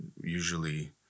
usually